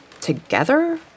together